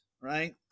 right